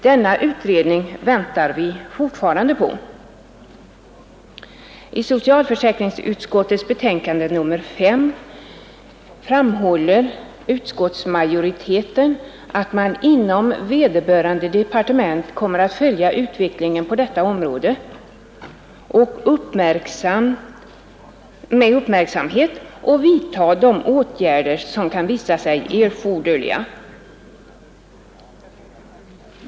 Denna utredning väntar vi fortfarande på. I socialförsäkringsutskottets betänkande nr 5 framhåller utskottsmajoriteten att man inom vederbörande departement kommer att följa utvecklingen på detta område med uppmärksamhet och vidta de åtgärder som kan visa sig erforderliga.